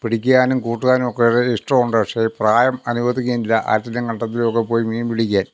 പിടിക്കാനും കൂട്ടുവാനും ഒക്കെ ഉള്ളൊരു ഇഷ്ടമുണ്ട് പക്ഷേ പ്രായം അനുവദിക്കുന്നില്ല ആറ്റിലും കണ്ടത്തിലും ഒക്കെ പോയി മീൻ പിടിക്കാൻ